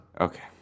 Okay